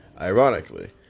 ironically